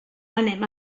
anem